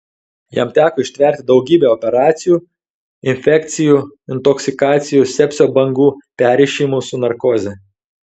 jam teko ištverti daugybę operacijų infekcijų intoksikacijų sepsio bangų perrišimų su narkoze